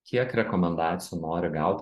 kiek rekomendacijų nori gaut